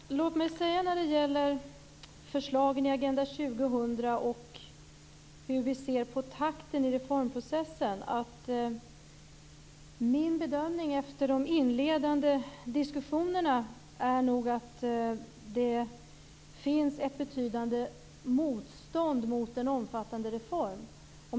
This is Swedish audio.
Fru talman! Låt mig säga något om förslagen i Agenda 2000 och hur vi ser på takten i reformprocessen. Min bedömning efter de inledande diskussionerna är nog att det finns ett betydande motstånd mot en omfattande reform.